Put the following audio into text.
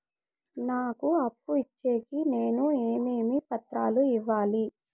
నాకు అప్పు ఇచ్చేకి నేను ఏమేమి పత్రాలు ఇవ్వాలి